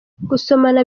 gusomana